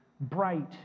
bright